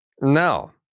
No